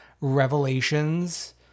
revelations